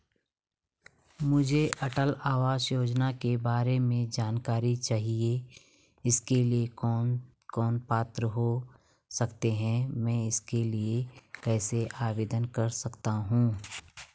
मुझे अटल आवास योजना के बारे में जानकारी चाहिए इसके लिए कौन कौन पात्र हो सकते हैं मैं इसके लिए कैसे आवेदन कर सकता हूँ?